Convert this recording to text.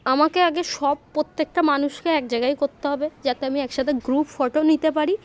আমাকে আগে সব প্রত্যেকটা মানুষকে এক জায়গায় করতে হবে যাতে আমি একসাথে গ্রুপ ফটো নিতে পারি